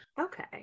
Okay